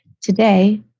Today